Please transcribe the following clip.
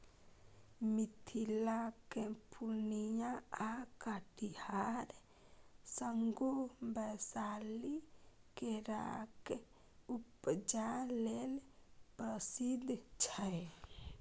मिथिलाक पुर्णियाँ आ कटिहार संगे बैशाली केराक उपजा लेल प्रसिद्ध छै